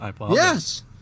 Yes